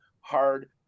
hard